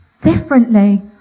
differently